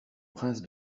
prince